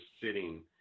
sitting